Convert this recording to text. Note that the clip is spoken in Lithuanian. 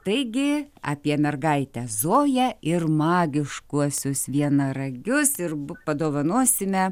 taigi apie mergaitę zoją ir magiškuosius vienaragius ir padovanosime